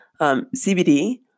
CBD